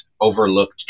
overlooked